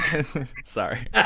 Sorry